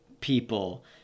people